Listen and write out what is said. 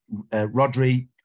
Rodri